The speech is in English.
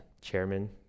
chairman